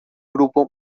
grupo